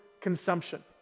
consumption